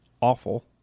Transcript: awful